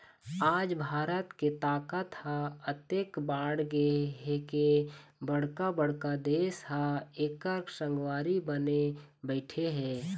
आज भारत के ताकत ह अतेक बाढ़गे हे के बड़का बड़का देश ह एखर संगवारी बने बइठे हे